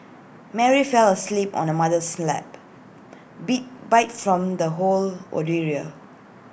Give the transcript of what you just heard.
Mary fell asleep on her mother's lap beat bite from the whole